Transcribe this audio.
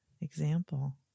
example